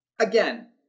again—